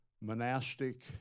monastic